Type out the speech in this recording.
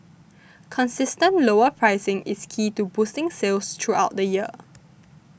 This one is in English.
consistent lower pricing is key to boosting sales throughout the year